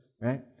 right